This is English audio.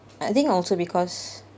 I think also because